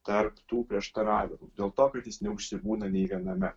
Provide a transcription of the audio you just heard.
tarp tų prieštaravimų dėl to kad jis neužsibūna nei viename